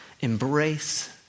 Embrace